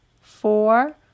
four